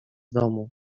domu